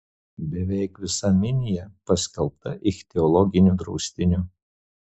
beveik visa minija paskelbta ichtiologiniu draustiniu